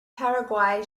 paraguay